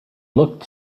looked